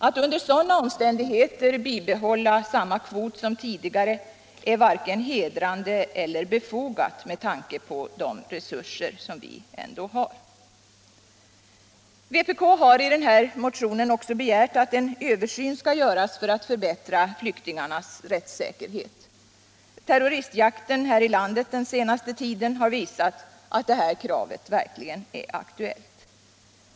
Att under rådande omständigheter bibehålla samma kvot som tidigare är varken hedrande eller befogat med tanke på de resurser som vi ändå har. Vpk har i motionen också begärt att en översyn skall göras för att förbättra flyktingarnas rättssäkerhet. Terroristjakten här i landet den senaste tiden har visat att detta krav verkligen är aktuellt.